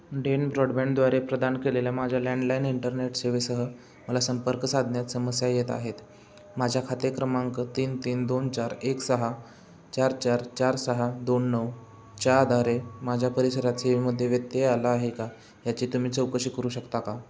Den ब्रॉडबँडद्वारे प्रदान केलेल्या माझ्या लँडलाईन इंटरनेट सेवेसह मला संपर्क साधण्यात समस्या येत आहेत माझ्या खाते क्रमांक तीन तीन दोन चार एक सहा चार चार चार सहा दोन नऊ च्या आधारे माझ्या परिसरात सेवेमध्ये व्यत्यय आला आहे का याची तुम्ही चौकशी करू शकता का